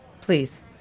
Please